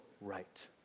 right